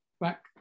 back